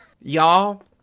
Y'all